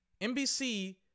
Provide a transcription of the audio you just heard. NBC